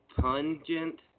pungent